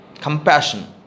compassion